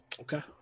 okay